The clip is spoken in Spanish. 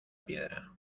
piedra